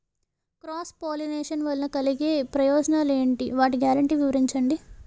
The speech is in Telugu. క్రాస్ పోలినేషన్ వలన కలిగే ప్రయోజనాలు ఎంటి? వాటి గ్యారంటీ వివరించండి?